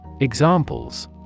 Examples